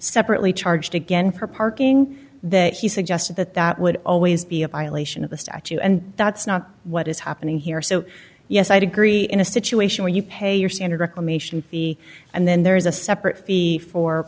separately charged again for parking that he suggested that that would always be a violation of the statue and that's not what is happening here so yes i'd agree in a situation when you pay your standard reclamation the and then there is a separate fee for